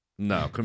No